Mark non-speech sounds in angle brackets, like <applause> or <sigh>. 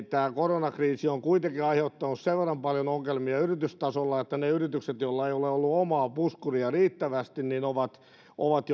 <unintelligible> tämä koronakriisi on kuitenkin aiheuttanut sen verran paljon ongelmia yritystasolla että ne yritykset joilla ei ole ollut omaa puskuria riittävästi ovat ovat <unintelligible>